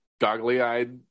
goggly-eyed